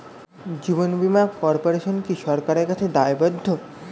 জীবন বীমা কর্পোরেশন কি সরকারের কাছে দায়বদ্ধ?